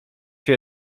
się